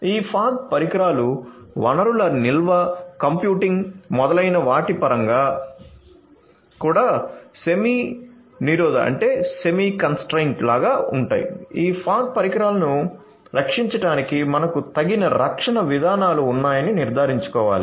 ఈ ఫాగ్ పరికరాలు వనరుల నిల్వ కంప్యూటింగ్ మొదలైన వాటి పరంగా కూడా సెమీ నిరోధ లాగా ఉంటాయి ఈ ఫాగ్ పరికరాలను రక్షించడానికి మనకు తగిన రక్షణ విధానాలు ఉన్నాయని నిర్ధారించుకోవాలి